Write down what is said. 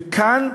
וכאן,